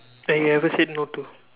like you have ever said no to